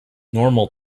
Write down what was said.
normal